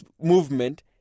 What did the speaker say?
movement